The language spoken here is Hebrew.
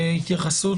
התייחסות.